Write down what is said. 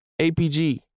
APG